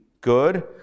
Good